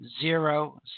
Zero